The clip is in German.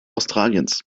australiens